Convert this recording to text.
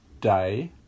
day